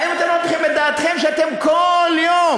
האם אתם לא נותנים את דעתכם, שאתם כל יום,